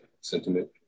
sentiment